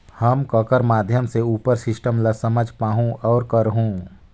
हम ककर माध्यम से उपर सिस्टम ला समझ पाहुं और करहूं?